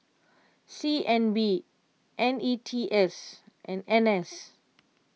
C N B N E T S and N S